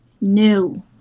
new